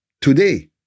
Today